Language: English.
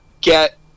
get